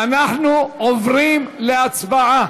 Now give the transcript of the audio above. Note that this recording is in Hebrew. אנחנו עוברים להצבעה.